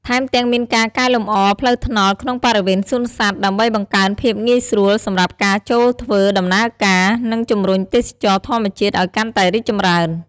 ថែមទាំងមានការកែលម្អផ្លូវថ្នល់ក្នុងបរិវេណសួនសត្វ ដើម្បីបង្កើនភាពងាយស្រួលសម្រាប់ការចូធ្វើដំណើរការ និងជម្រុញទេសចរណ៍ធម្មជាតិឲ្យកាន់តែរីកចម្រើន។